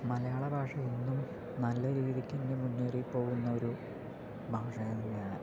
മലയാള ഭാഷ ഇന്നും നല്ല രീതിക്ക് മുന്നേറി പോകുന്ന ഒരു ഭാഷ തന്നെയാണ്